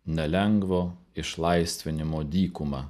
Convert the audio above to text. nelengvo išlaisvinimo dykumą